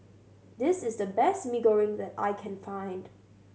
this is the best Mee Goreng that I can find